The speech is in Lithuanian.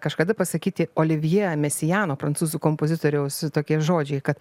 kažkada pasakyti olivjė mesiano prancūzų kompozitoriaus tokie žodžiai kad